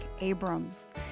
Abrams